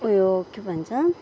ऊ यो के भन्छ